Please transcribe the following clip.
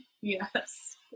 yes